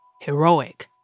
heroic